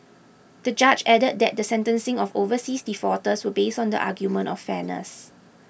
the judge added that the sentencing of overseas defaulters was based on the argument of fairness